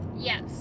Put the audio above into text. Yes